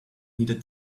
needed